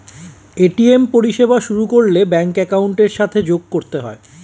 ATM পরিষেবা শুরু করলে ব্যাঙ্ক অ্যাকাউন্টের সাথে যোগ করতে হয়